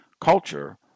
culture